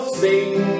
sing